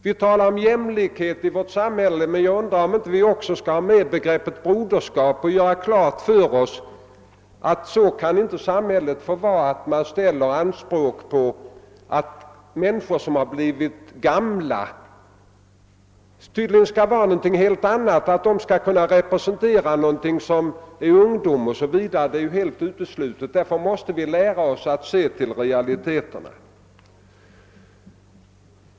Vi talar om jämlikhet i vårt samhälle, men jag undrar om vi inte också skall ta med begreppet broderskap och göra klart för oss, att samhället inte kan vara uppbyggt på det sättet att människor som blivit gamla skulle representera något helt annat än de unga osv. Vi måste i stället lära oss att se till realiteterna.